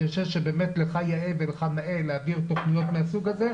אני חושב שבאמת לך יאה ולך נאה להעביר תוכניות מהסוג הזה.